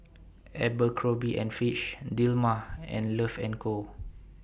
Abercrombie and Fitch Dilmah and Love and Co